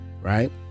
right